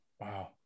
Wow